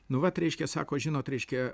nu vat reiškia sako žinot reiškia